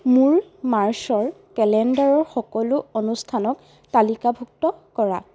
মোৰ মাৰ্চৰ কেলেণ্ডাৰৰ সকলো অনুষ্ঠানক তালিকাভুক্ত কৰা